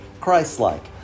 Christ-like